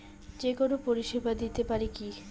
যে কোনো পরিষেবা দিতে পারি কি?